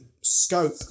scope